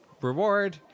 reward